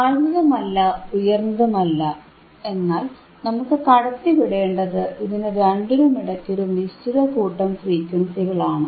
താഴ്ന്നതുമല്ല ഉയർന്നതുമല്ല എന്നാൽ നമുക്ക് കടത്തിവിടേണ്ടത് ഇതിനു രണ്ടിനുമിടയ്ക്ക് ഒരു നിശ്ചിത കൂട്ടം ഫ്രീക്വൻസികളാണ്